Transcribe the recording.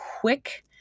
quick